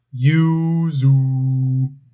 Yuzu